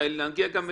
נגיע גם אליך.